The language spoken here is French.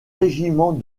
régiment